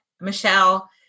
Michelle